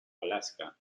alaska